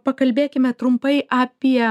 pakalbėkime trumpai apie